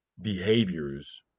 behaviors